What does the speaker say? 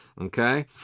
okay